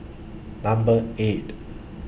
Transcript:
Number eight